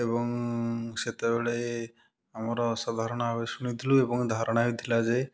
ଏବଂ ସେତେବେଳେ ଆମର ସାଧାରଣଭାବେ ଆମେ ଶୁଣିଥିଲୁ ଏବଂ ଧାରଣା ବି ଥିଲା ଯେ